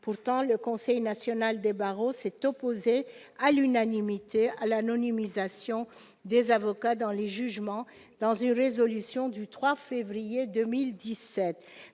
Pourtant, le Conseil national des barreaux s'est opposé à l'unanimité à l'anonymisation des avocats dans les jugements dans une résolution du 3 février 2017.